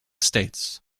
states